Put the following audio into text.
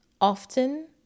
often